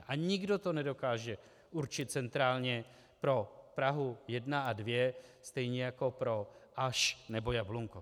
A nikdo to nedokáže určit centrálně pro Prahu 1 a 2 stejně jako pro Aš nebo Jablunkov.